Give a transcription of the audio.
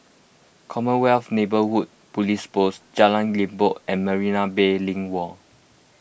Commonwealth Neighbourhood Police Post Jalan Limbok and Marina Bay Link Mall